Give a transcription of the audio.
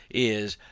is,